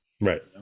Right